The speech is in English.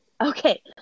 Okay